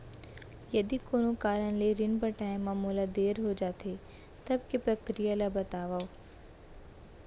यदि कोनो कारन ले ऋण पटाय मा मोला देर हो जाथे, तब के प्रक्रिया ला बतावव